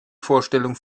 vorstellung